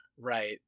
Right